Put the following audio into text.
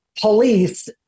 police